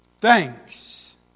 Thanks